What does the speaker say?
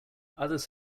others